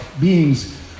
beings